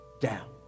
down